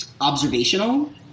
observational